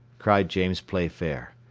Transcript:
cried james playfair.